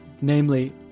namely